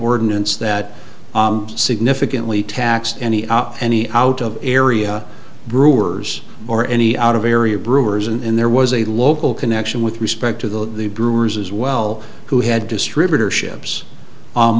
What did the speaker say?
ordinance that significantly taxed any any out of area brewers or any out of area brewers and there was a local connection with respect to the brewers as well who had distributorships